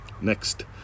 Next